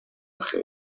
خیر